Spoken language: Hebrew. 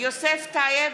יוסף טייב,